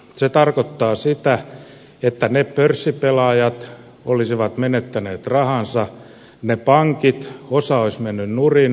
se tarkoittaa sitä että ne pörssipelaajat olisivat menettäneet rahansa niistä pankeista osa olisi mennyt nurin osa olisi pääomitettu